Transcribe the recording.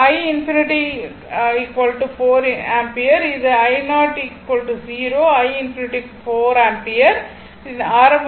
i∞ 4 ampere இது i0 0 i∞ 4 ஆம்பியரின் ஆரம்ப மதிப்பு